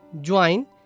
Join